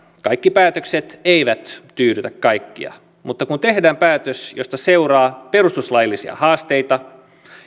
kaikki päätökset eivät tyydytä kaikkia mutta kun tehdään päätös josta seuraa perustuslaillisia haasteita